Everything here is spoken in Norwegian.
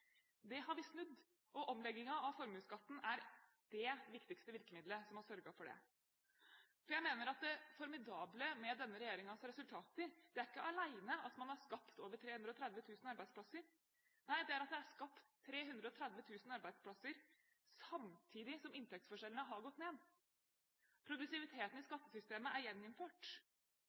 Det har vi snudd, og omleggingen av formuesskatten er det viktigste virkemidlet som har sørget for det. Jeg mener at det formidable med denne regjeringens resultater er ikke alene at man har skapt over 330 000 arbeidsplasser, nei, det er at det er skapt 330 000 arbeidsplasser samtidig som inntektsforskjellene har gått ned. Progressiviteten i skattesystemet er